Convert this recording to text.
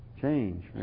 change